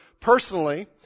personally